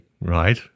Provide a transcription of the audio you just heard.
Right